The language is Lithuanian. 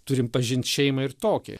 turim pažint šeimą ir tokią